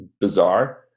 bizarre